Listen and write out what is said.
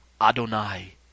Adonai